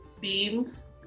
Beans